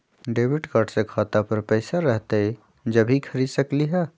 Debit card से खाता पर पैसा रहतई जब ही खरीद सकली ह?